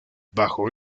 bajo